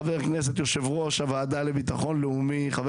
חבר הכנסת יושב-ראש הוועדה לביטחון לאומי חבר